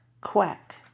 quack